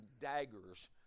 daggers